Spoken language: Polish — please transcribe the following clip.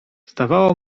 zdawało